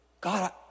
God